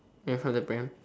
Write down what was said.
in front of the pram